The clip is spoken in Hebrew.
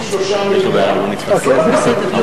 חסרים לתקציב 3